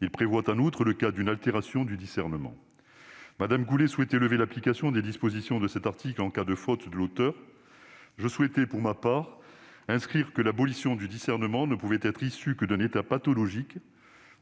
Il prévoit en outre le cas d'une altération du discernement. Mme Goulet souhaitait lever l'application des dispositions de cet article en cas de faute de l'auteur. Je souhaitais, pour ma part, inscrire que l'abolition du discernement ne pouvait résulter que d'un état pathologique